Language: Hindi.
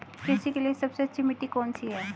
कृषि के लिए सबसे अच्छी मिट्टी कौन सी है?